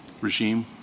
regime